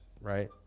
right